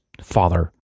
father